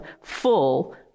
full